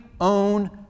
own